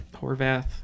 Horvath